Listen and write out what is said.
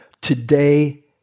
Today